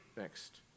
Next